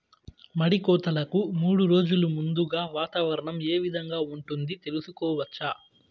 మడి కోతలకు మూడు రోజులు ముందుగా వాతావరణం ఏ విధంగా ఉంటుంది, తెలుసుకోవచ్చా?